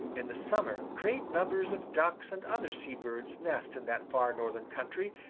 in the summer great numbers of ducks and other sea birds nest in that far northern country,